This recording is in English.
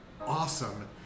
awesome